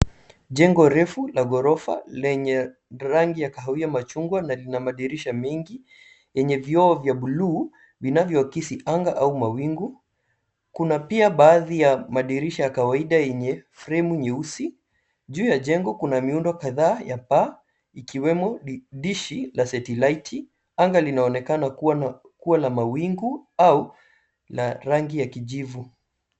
Jengo refu la gorofa lenye rangi ya kahawia machungwa na lina madirisha mengi yenye vioo vya buluu vinavyoakisi anga au mawingu. Kuna pia baadhi ya madirisha ya kawaida yenye fremu nyeusi. Juu ya jengo kuna miundo kadhaa ya paa ikiwemo dishi la setilaiti. Anga linaonekana kuwa na mawingu au la rangi ya kijivu.